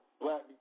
Black